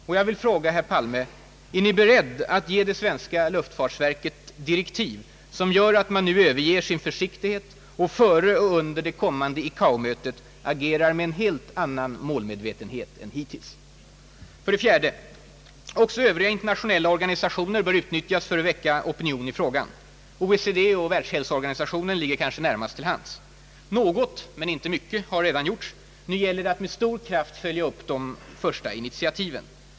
Och jag vill fråga herr Palme: Är herr Palme beredd att ge det svenska luftfartsverket direktiv som gör att man Överger sin försiktighet och före och under det kommande ICAO-mötet agerar med en helt annan målmedvetenhet än hittills? 4) Också övriga internationella organisationer bör utnyttjas för att väcka opinion i frågan. OECD och WHO ligger kanske närmast till hands. Något men inte mycket har redan gjorts — nu gäller det att med stor kraft följa upp de första initiativen.